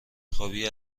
خوابی